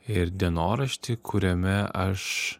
ir dienoraštį kuriame aš